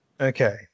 Okay